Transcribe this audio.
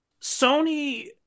Sony